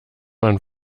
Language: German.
man